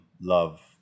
Love